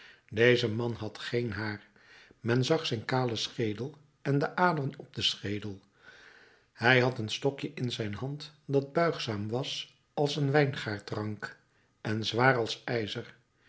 deze man had geen haar men zag zijn kalen schedel en de aderen op den schedel hij had een stokje in de hand dat buigzaam was als een wijngaardrank en zwaar als ijzer